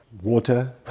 water